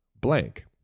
Blank